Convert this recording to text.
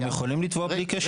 אתם יכולים לתבוע בלי קשר, אבל.